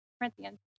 Corinthians